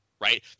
right